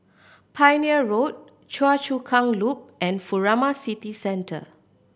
Pioneer Road Choa Chu Kang Loop and Furama City Centre